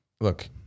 look